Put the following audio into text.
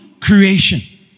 creation